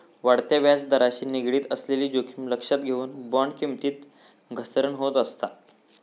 वाढत्या व्याजदराशी निगडीत असलेली जोखीम लक्षात घेऊन, बॉण्ड किमतीत घसरण होत असता